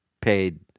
paid